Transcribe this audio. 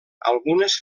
algunes